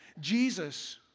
Jesus